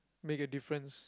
make a difference